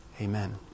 Amen